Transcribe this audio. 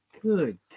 Good